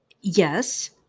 Yes